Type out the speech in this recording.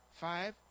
five